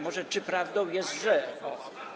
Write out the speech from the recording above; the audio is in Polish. Może: Czy prawdą jest, że... O!